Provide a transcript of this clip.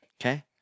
Okay